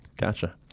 Gotcha